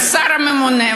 על-ידי השר הממונה,